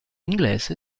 inglese